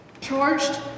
charged